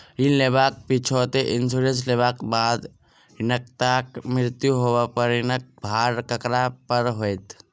ऋण लेबाक पिछैती इन्सुरेंस लेबाक बाद ऋणकर्ताक मृत्यु होबय पर ऋणक भार ककरा पर होइत?